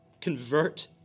Convert